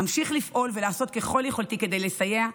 אמשיך לפעול ולעשות ככל יכולתי כדי לסייע,